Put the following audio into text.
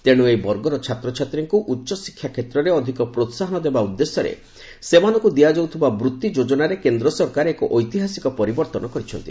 ତେଣୁ ଏହି ବର୍ଗର ଛାତ୍ରଛାତ୍ରୀଙ୍କୁ ଉଚ୍ଚଶିକ୍ଷା କ୍ଷେତ୍ରରେ ଅଧିକ ପ୍ରୋହାହନ ଦେବା ଉଦ୍ଦେଶ୍ୟରେ ସେମାନଙ୍କୁ ଦିଆଯାଉଥିବା ବୃତ୍ତି ଯୋଜନାରେ କେନ୍ଦ୍ର ସରକାର ଏକ ଐତିହାସିକ ପରିବର୍ତ୍ତନ କରିଛନ୍ତି